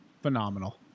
phenomenal